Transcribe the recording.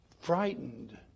Frightened